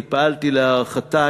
אני פעלתי להארכתה.